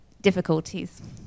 difficulties